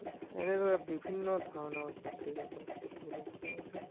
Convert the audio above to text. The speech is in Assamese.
এনেদৰে বিভিন্ন ধৰণৰ বাতৰি কাকত দেখিবলৈ পোৱা যায়